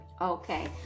okay